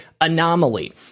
anomaly